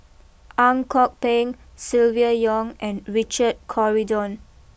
Ang Kok Peng Silvia Yong and Richard Corridon